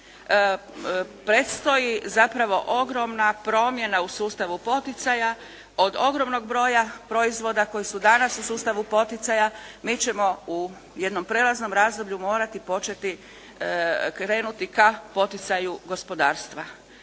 predstoji zapravo ogromna promjena u sustavu poticaja od ogromnog broja proizvoda koji su danas u sustavu poticaja mi ćemo u jednom prijelaznom razdoblju morati početi, krenuti ka poticaju gospodarstva.